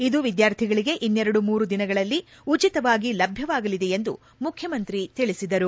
ಇದು ವಿದ್ಕಾರ್ಥಿಗಳಿಗೆ ಇನ್ನೆರಡು ಮೂರು ದಿನಗಳಲ್ಲಿ ಉಚಿತವಾಗಿ ಲಭ್ಯವಾಗಲಿದೆ ಎಂದು ಮುಖ್ಯಮಂತ್ರಿ ತಿಳಿಸಿದರು